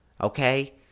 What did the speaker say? Okay